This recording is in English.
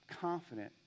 confident